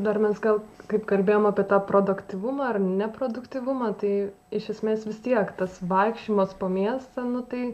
dabar mes gal kaip kalbėjom apie tą produktyvumą ar neproduktyvumą tai iš esmės vis tiek tas vaikščiojimas po miestą nu tai